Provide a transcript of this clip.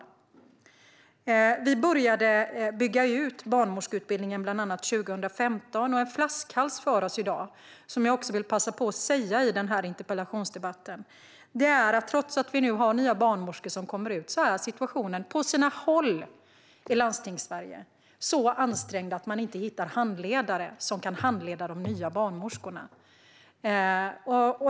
Vi började bygga ut bland annat barnmorskeutbildningen 2015. En flaskhals för oss i dag, som jag också vill passa på att tala om i den här interpellationsdebatten, är bristen på handledare. Trots att vi nu har nya barnmorskor som kommer ut är situationen på sina håll i Landstingssverige så ansträngd att man inte hittar handledare till de nya barnmorskorna.